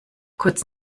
kurz